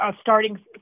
starting